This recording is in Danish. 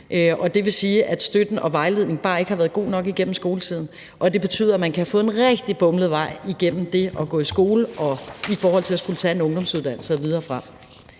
Det vil sige, at støtten og vejledningen bare ikke har været god nok igennem skoletiden, og det betyder, at man kan have fået en rigtig bumlet vej igennem skoletiden og i forhold til at skulle tage en ungdomsuddannelse